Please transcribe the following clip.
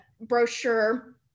brochure